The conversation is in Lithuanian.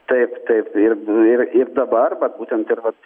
taip taip ir ir ir dabar vat būtent ir vat